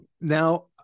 Now